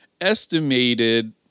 estimated